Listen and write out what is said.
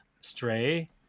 Stray